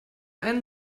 einen